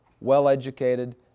well-educated